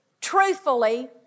truthfully